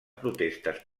protestes